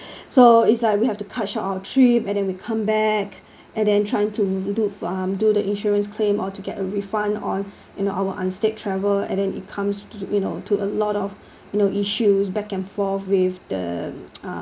so it's like we have to cut short our trip and then we come back and then trying to do um do the insurance claim or to get a refund on in our unstayed travel and then it comes to you know to a lot of no issues back and forth with the